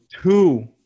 two